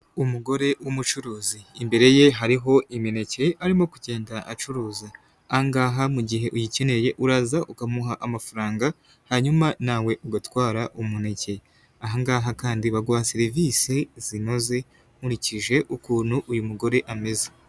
Umugore w'umucuruzi imbere ye hariho imineke arimo kugenda acuruza. Ahangaha mu gihe uyikeneye uraza ukamuha amafaranga, hanyuma nawe ugatwara umuneke. Ahangaha kandi baguha serivisi zinoze, nkurikije ukuntu uyu mugore ameze.